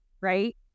right